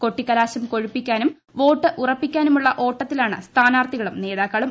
കൊട്ടിക്കലാശം കൊഴുപ്പിക്കാനും വോട്ട് ഉറപ്പിക്കാനുമുള്ള ഓട്ടത്തിലാണ് സ്ഥാനാർത്ഥികളും നേതാക്കളും